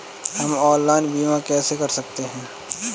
हम ऑनलाइन बीमा कैसे कर सकते हैं?